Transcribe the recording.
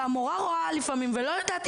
והמורה רואה לפעמים והיא לא יודעת,